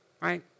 right